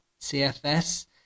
CFS